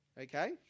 Okay